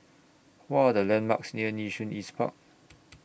What Are The landmarks near Nee Soon East Park